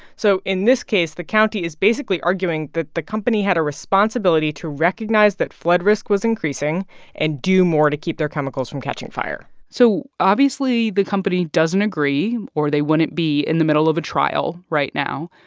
so in this case, the county is basically arguing that the company had a responsibility to recognize that flood risk was increasing and do more to keep their chemicals from catching fire so, obviously, the company doesn't agree, or they wouldn't be in the middle of a trial right now.